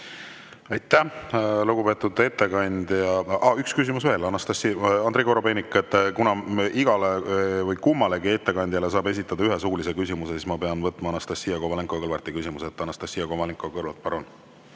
Aitäh, lugupeetud ettekandja! Aa, üks küsimus veel. Andrei Korobeinik, kuna kummalegi ettekandjale saab esitada ühe suulise küsimuse, siis ma pean võtma Anastassia Kovalenko-Kõlvarti küsimuse. Anastassia Kovalenko-Kõlvart, palun!